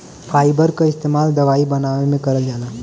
fibre क इस्तेमाल दवाई बनावे में करल जाला